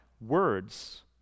words